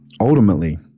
ultimately